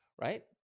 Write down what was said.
right